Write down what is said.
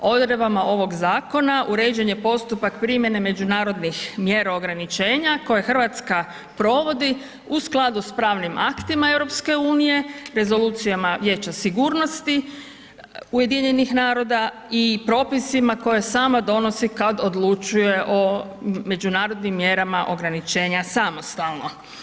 Odredbama ovog zakona uređen je postupak primjene međunarodnih mjera ograničenja koje Hrvatska provodi u skladu sa pravnim aktima EU-a, rezolucijama Vijeća sigurnosti UN-a i propisima koje sama donosi kad odlučuje o međunarodnim mjerama ograničenja samostalno.